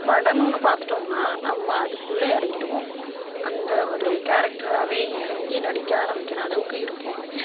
படம்னு ஒன்று பார்த்துட்டோம்னா நம்ம அதுக்குள்ளே இறங்கிடுவோம் அந்த ஒரு கேரக்ட்ராக இறங்கி நடிக்க ஆரம்பிக்கிற அளவுக்கு இருப்போம்